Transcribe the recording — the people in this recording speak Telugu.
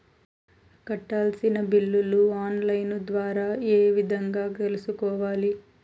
కట్టాల్సిన బిల్లులు ఆన్ లైను ద్వారా ఏ విధంగా తెలుసుకోవాలి?